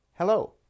Hello